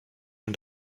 and